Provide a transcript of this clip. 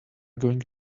going